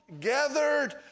gathered